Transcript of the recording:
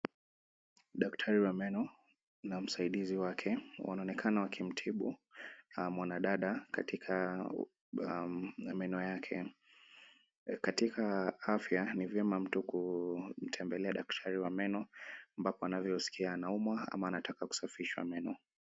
Daktari wa meno na msaidizi wake wanaonekana wakimtibu mwanadada katika meno yake. Katika afya, ni vyema mtu kumtembelea daktari wa meno ambapo anavyosikia anaumwa ama anataka kusafisha meno.